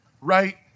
right